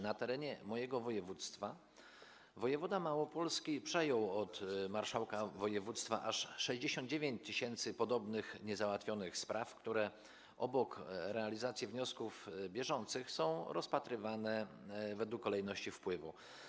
Na terenie mojego województwa wojewoda małopolski przejął od marszałka województwa aż 69 tys. podobnych niezałatwionych spraw, które obok wniosków bieżących są rozpatrywane według kolejności wpływu.